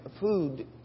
food